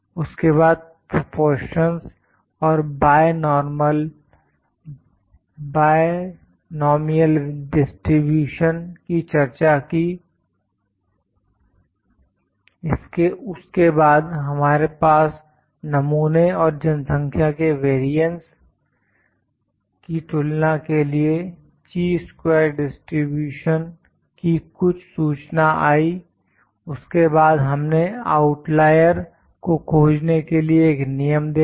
उसके बाद प्रोपोर्शनस् और बाय नॉमियल डिस्ट्रीब्यूशन की चर्चा की उसके बाद हमारे पास नमूने और जनसंख्या के वेरियंस की तुलना के लिए ची स्क्वेर डिस्ट्रब्यूशन की कुछ सूचना आई उसके बाद हमने आउटलायर को खोजने के लिए एक नियम देखा